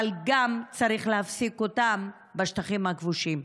אבל גם צריך להפסיק אותם בשטחים הכבושים.